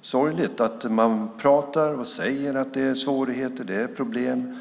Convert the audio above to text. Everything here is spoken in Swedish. sorgligt. Man pratar och säger att det är svårigheter, att det är problem.